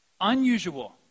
unusual